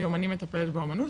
היום אני מטפלת באומנות.